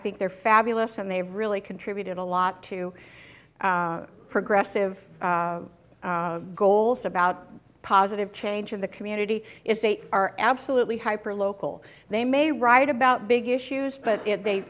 think they're fabulous and they really contributed a lot to progressive goals about positive change in the community is they are absolutely hyper local they may write about big issues but they